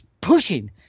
pushing